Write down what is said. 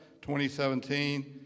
2017